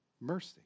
mercy